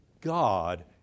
God